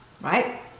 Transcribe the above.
Right